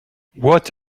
what